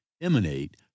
emanate